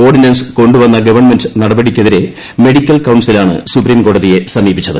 ordinance കൊണ്ടു വന്ന government നടപടിക്കെതിരെ മെഡിക്കൽ കൌൺസിലാണ് സുപ്രീംകോടതിയെ സമീപിച്ചത്